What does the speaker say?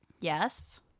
Yes